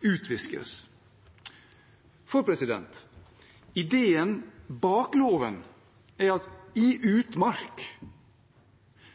utviskes. Ideen bak loven er at i utmark